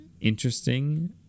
interesting